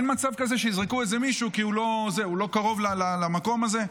אין מצב כזה שיזרקו איזה מישהו כי הוא לא קרוב למקום הזה,